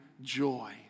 joy